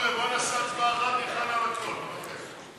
שטרן וקבוצת סיעת מרצ לסעיף 1 לא נתקבלה.